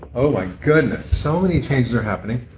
oh my goodness! so many changes are happening.